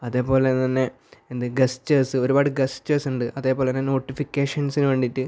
അതേപോലെ തന്നെ ഗസ്റ്റേഴ്സ് ഒരുപാട് ഗസ്റ്റേഴ്സ് ഉണ്ട് അതുപോലെന്നെ നോട്ടിഫിക്കേഷൻസിന് വേണ്ടിയിട്ട്